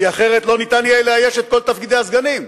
כי אחרת לא ניתן יהיה לאייש את כל תפקידי הסגנים.